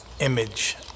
image